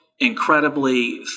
incredibly